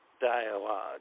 dialogue